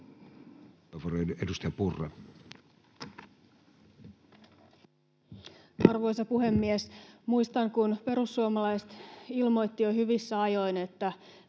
Content: Arvoisa puhemies! Muistan, että kun perussuomalaiset ilmoitti jo hyvissä ajoin, että